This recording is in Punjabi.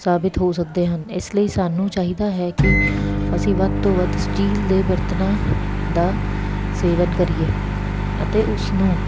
ਸਾਬਿਤ ਹੋ ਸਕਦੇ ਹਨ ਇਸ ਲਈ ਸਾਨੂੰ ਚਾਹੀਦਾ ਹੈ ਕੀ ਅਸੀਂ ਵੱਧ ਤੋਂ ਵੱਧ ਸਟੀਲ ਦੇ ਬਰਤਨਾਂ ਦਾ ਸੇਵਨ ਕਰੀਏ ਅਤੇ ਉਸ ਨੂੰ